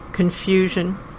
confusion